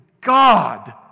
God